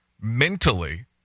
mentally